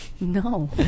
No